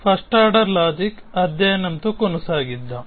first order logic అధ్యయనంతో కొనసాగిద్దాం